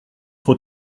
trop